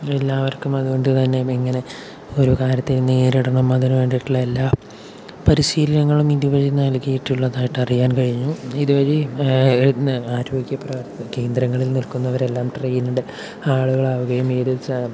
എല്ലാവർക്കും അതുകൊണ്ടുതന്നെ ഇങ്ങനെ ഒരു കാര്യത്തെ നേരിടണം അതിനു വേണ്ടിയിട്ടുള്ള എല്ലാ പരിശീലങ്ങളും ഇതുവഴി നൽകിയിട്ടുള്ളതായിട്ട് അറിയാൻ കഴിഞ്ഞു ഇതുവഴി ആരോഗ്യ പ്രവർത്തന കേന്ദ്രങ്ങളിൽ നിൽക്കുന്നവരെല്ലാം ട്രെയിൻഡ് ആളുകൾ ആവുകയും ഇത്